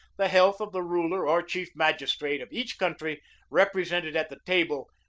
the health of the ruler or chief mag istrate of each country represented at the table,